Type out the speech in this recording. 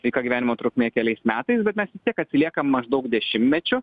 sveiko gyvenimo trukmė keliais metais bet mes vis tiek atsiliekam maždaug dešimtmečiu